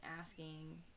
asking